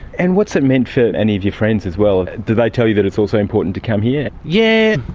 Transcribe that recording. and what has so it meant for any of your friends as well? do they tell you that it is also important to come here? yeah.